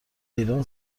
ایران